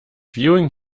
viewing